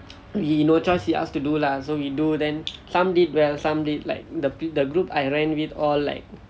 we no choice he asked to do lah so we do then some did well some did like the the group I ran with all like